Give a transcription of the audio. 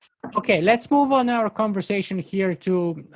okay, let's move on our conversation here to